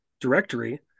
directory